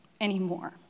anymore